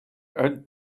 had